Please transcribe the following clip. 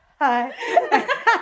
hi